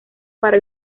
para